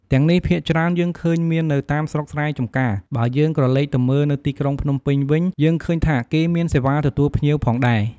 ទាំងនេះភាគច្រើនយើងឃើញមាននៅតាមស្រុកស្រែចំការ បើយើងក្រឡេកទៅមើលនៅទីក្រុងភ្នំពេញវិញ យើងឃើញថាគេមានសេវាទទួលភ្ញៀវផងដែរ។